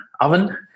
oven